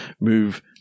move